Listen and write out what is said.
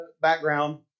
background